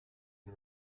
and